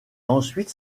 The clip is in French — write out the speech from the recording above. ensuite